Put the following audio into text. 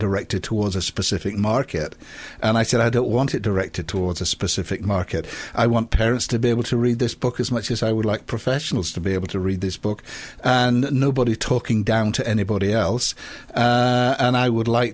directed towards a specific market and i said i don't want it directed towards a specific market i want parents to be able to read this book as much as i would like professionals to be able to read this book and nobody talking down to anybody else and i would like